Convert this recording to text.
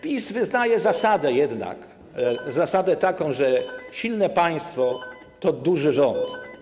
PiS wyznaje jednak zasadę taką, że silne państwo to duży rząd.